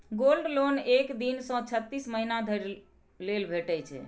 gold loan एक दिन सं छत्तीस महीना धरि लेल भेटै छै